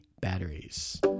batteries